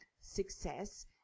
success